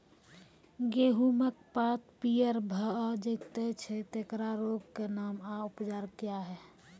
गेहूँमक पात पीअर भअ जायत छै, तेकरा रोगऽक नाम आ उपचार क्या है?